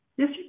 Yes